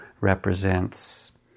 represents